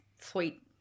sweet